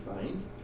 find